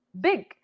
big